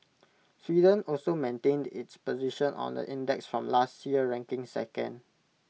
Sweden also maintained its position on the index from last year ranking second